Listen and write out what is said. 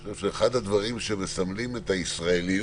אני חושב שאחד הדברים שמסמלים את הישראליות